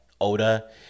Oda